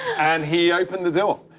and he opened the door.